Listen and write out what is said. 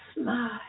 smile